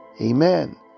Amen